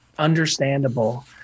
understandable